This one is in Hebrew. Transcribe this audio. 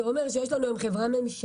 זה אומר שיש לנו היום חברה ממשלתית,